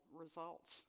results